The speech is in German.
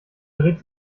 dreht